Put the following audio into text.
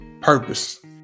Purpose